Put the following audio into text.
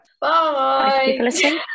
Bye